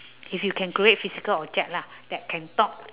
if you can create physical object lah that can talk